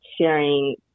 sharing